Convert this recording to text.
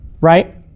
Right